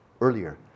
earlier